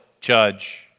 judge